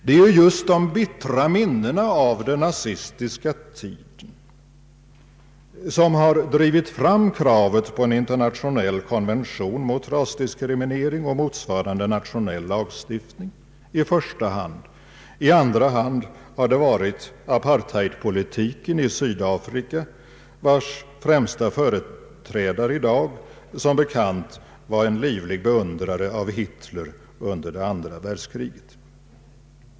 Det är just i första hand de bittra minnena av den nazistiska tiden som har drivit fram kravet på en internationell konvention mot rasdiskriminering och motsvarande nationella lagstiftning. I andra hand har det varit apartheidpolitiken i Sydafrika, vars främste företrädare i dag som bekant var en ivrig beundrare av Hitler under andra världskriget.